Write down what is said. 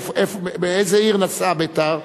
מאיזו עיר נסעה "בית"ר",